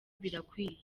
birakwiye